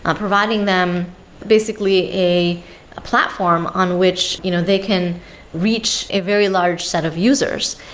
um providing them basically a a platform on which you know they can reach a very large set of users.